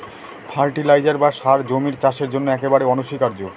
fertiliser বা সার জমির চাষের জন্য একেবারে অনস্বীকার্য